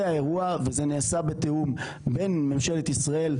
זה האירוע וזה נעשה בתיאום בין ממשלת ישראל,